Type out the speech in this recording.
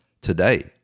today